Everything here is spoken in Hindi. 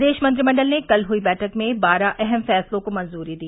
प्रदेश मंत्रिमंडल ने कल हुई बैठक में बारह अहम फैसलों को मंजूरी दी